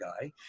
guy